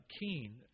keen